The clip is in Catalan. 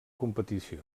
competició